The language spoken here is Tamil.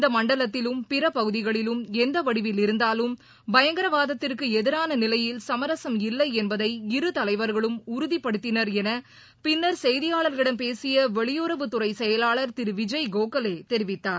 இந்தமண்டலத்திலும் பிறபகுதிகளிலும் எந்தவடவில் இருந்தாலும் பயங்கரவாதத்திற்குஎதிரானநிலையில் சமரசம் இல்லைஎன்பதை இரு தலைவர்களும் உறுதிப்படுத்தினர் எனபின்னர் செய்தியாளர்களிடம் பேசியவெளியுறவுத் துறைசெயலாளர் திருவிஜய் கோகவேதெரிவித்தார்